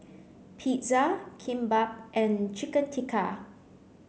Pizza Kimbap and Chicken Tikka